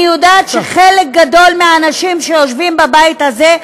אני יודעת שחלק גדול מהאנשים שיושבים בבית הזה,